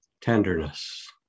tenderness